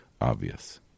obvious